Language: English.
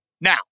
Now